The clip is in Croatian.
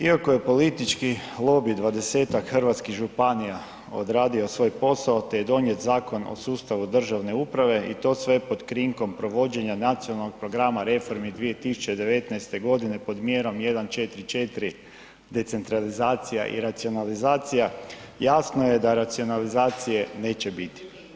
Iako je politički lobi dvadesetak hrvatskih županija odradio svoj posao te je donijet Zakon o državne uprave i to sve pod krinkom provođenja Nacionalnog programa reformi 2019. pod mjerom 1.4.4. decentralizacija i racionalizacija, jasno da racionalizacije neće biti.